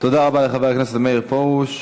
תודה רבה לחבר הכנסת מאיר פרוש.